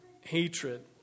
hatred